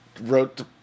wrote